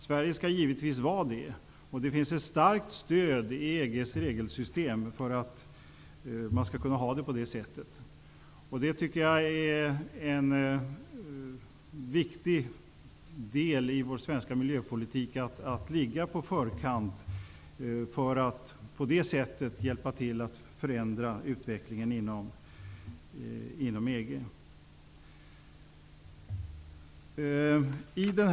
Sverige skall givetvis vara det, och det finns ett starkt stöd i EG:s regelsystem för att man skall kunna ha det på det sättet. Jag tycker att det är en viktig del i vår svenska miljöpolitik att ligga på förkant, för att på det sättet hjälpa till att förändra utvecklingen inom EG.